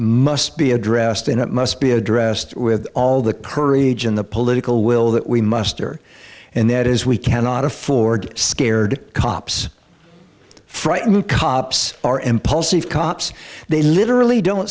must be addressed and it must be addressed with all the courage and the political will that we muster and that is we cannot afford scared cops frighten cops are impulsive cops they literally don't